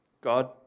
God